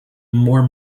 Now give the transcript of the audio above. more